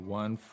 one